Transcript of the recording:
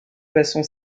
façon